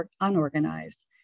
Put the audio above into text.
unorganized